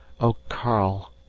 oh! karl,